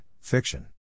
Fiction